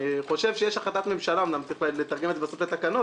אני חושב שיש החלטת ממשלה - צריך לתרגם את זה בסוף לתקנות